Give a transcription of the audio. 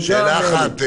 תודה רבה.